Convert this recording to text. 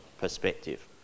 perspective